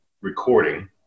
recording